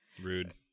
Rude